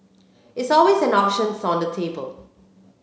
it's always an options on the table